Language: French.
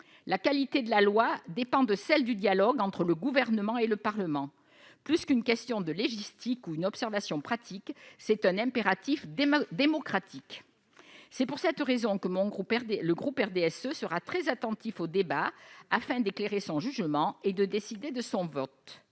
La qualité de la loi dépend de celle du dialogue entre le Gouvernement et le Parlement. Plus qu'une question de légistique ou une observation pratique, c'est un impératif démocratique. C'est pour cette raison que le groupe RDSE sera très attentif aux débats, qui lui permettront d'éclairer son jugement et de décider de son vote.